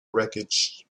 wreckage